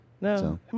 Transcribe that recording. No